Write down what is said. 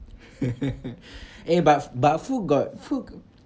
eh but f~ but food got food